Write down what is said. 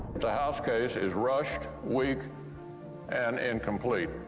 the house case is rushed. weak and incomplete.